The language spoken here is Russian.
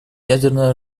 ядерное